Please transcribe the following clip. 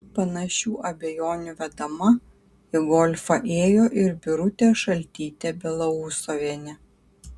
panašių abejonių vedama į golfą ėjo ir birutė šaltytė belousovienė